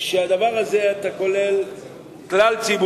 בדבר הזה אתה כולל ציבור,